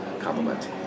compliment